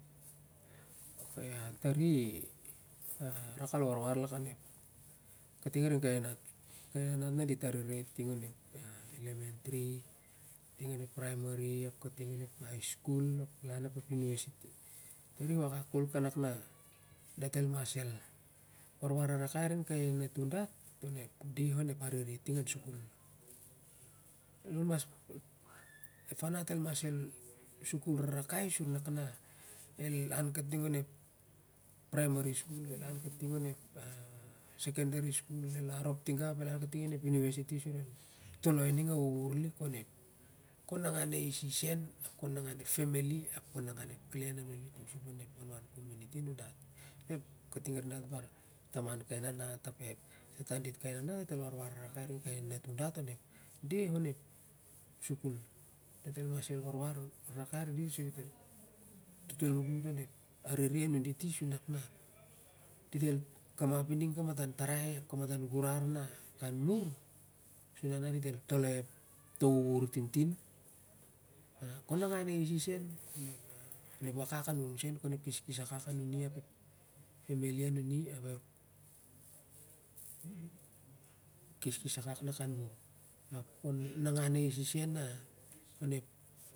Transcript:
A tari a rak al warwar kating arin kai nanat na dit arere ting onep lnm3 ting onep primary ap kating onep high school ap ep university, tari wakak kol na da el mas warwar rarakai kating arin kai nanatun dat onep deh onep arere ting onep sukul, ep fanat el mas sukul varakai su nak el lan kating onep primary school el lan kating onep university su el toloi ning a ur lik kon nangau aisi sen ap kam nengau ep femily ap ep klen tasum on pe kominity a nundati kating arin ep taman ep fanat ap ep taudit ep fanat kon warwar rarakai arin kai nauatun dat onep deh onep sukul de warwar rarakai arin dit el kamap i ning kamatan tarai larning su na amur dit el toltol to ur tintin kon nangau aisi sen onep keskes a muni sen ap ep femiy anun ap ep keskes akak na kan mar.